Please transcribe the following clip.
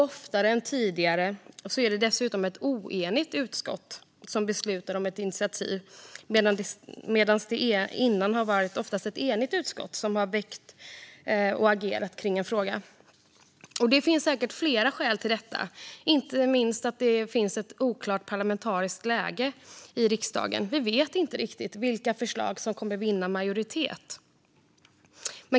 Oftare än tidigare är det dessutom ett oenigt utskott som beslutar om att föreslå ett initiativ, medan det tidigare oftast har varit ett enigt utskott som har agerat i en fråga. Det finns säkert flera skäl till detta, inte minst att det är ett oklart parlamentariskt läge i riksdagen. Vi vet inte riktigt vilka förslag som kommer att vinna majoritet.